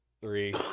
Three